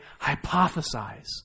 hypothesize